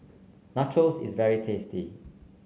Nachos is very tasty